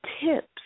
tips